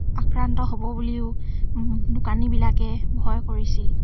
আক্ৰান্ত হ'ব বুলিও দোকানীবিলাকে ভয় কৰিছিল